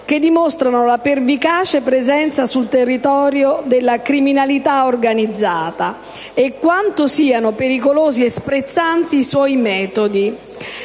che dimostrano la pervicace presenza sul territorio della criminalità organizzata e quanto siano pericolosi e sprezzanti i suoi metodi.